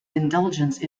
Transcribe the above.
indulgence